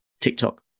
TikTok